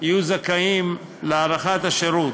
יהיו זכאים להארכת השירות.